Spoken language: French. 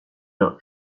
loges